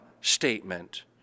statement